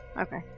Okay